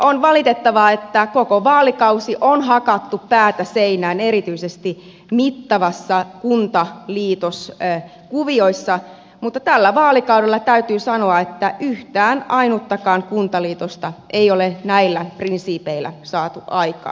on valitettavaa että koko vaalikausi on hakattu päätä seinään erityisesti mittavassa kuntaliitoskuviossa mutta tällä vaalikaudella täytyy sanoa yhtään ainuttakaan kuntaliitosta ei ole näillä prinsiipeillä saatu aikaan